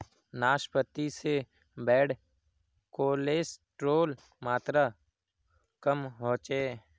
नाश्पाती से bad cholesterol मात्र कम होचे